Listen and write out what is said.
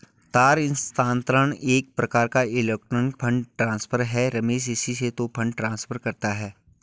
तार स्थानांतरण एक प्रकार का इलेक्ट्रोनिक फण्ड ट्रांसफर है रमेश इसी से तो फंड ट्रांसफर करता है